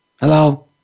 hello